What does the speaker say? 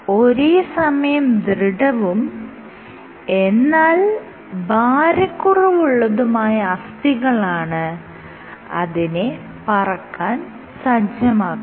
ഒരേ സമയം ദൃഢവും എന്നാൽ ഭാരക്കുറവുള്ളതുമായ അസ്ഥികളാണ് അതിനെ പറക്കാൻ സജ്ജമാക്കുന്നത്